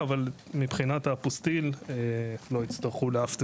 אבל, מבחינת האפוסטיל, לא יצטרכו לאף תעודה.